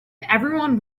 everyone